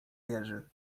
jerzy